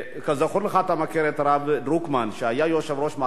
אתה מכיר את הרב דרוקמן שהיה יושב-ראש מערך הגיור,